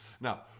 Now